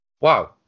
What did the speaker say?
Wow